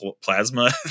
plasma